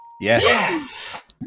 Yes